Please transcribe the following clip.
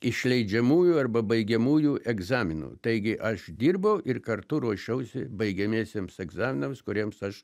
išleidžiamųjų arba baigiamųjų egzaminų taigi aš dirbau ir kartu ruošiausi baigiamiesiems egzaminams kuriems aš